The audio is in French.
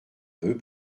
vœux